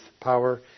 power